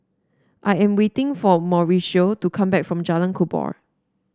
I am waiting for Mauricio to come back from Jalan Kubor